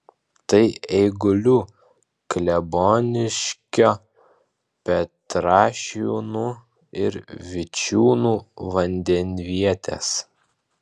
tai eigulių kleboniškio petrašiūnų ir vičiūnų vandenvietės